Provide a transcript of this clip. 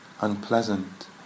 unpleasant